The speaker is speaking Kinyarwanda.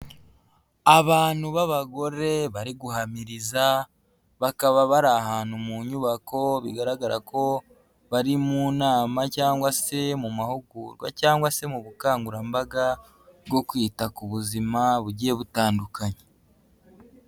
Abantu b'abagore bari guhamiriza bakaba bari ahantu mu nyubako bigaragara ko bari mu nama cyangwa se mu mahugurwa cyangwa se mu bukangurambaga bwo kwita ku buzima bugiye butandukanye.